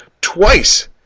twice